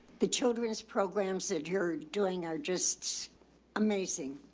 the children's programs that you're doing are just amazing.